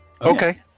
okay